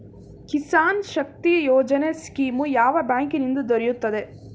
ಕಿಸಾನ್ ಶಕ್ತಿ ಯೋಜನೆ ಸ್ಕೀಮು ಯಾವ ಬ್ಯಾಂಕಿನಿಂದ ದೊರೆಯುತ್ತದೆ?